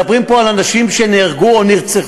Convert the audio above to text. מדברים פה על אנשים שנהרגו או נרצחו,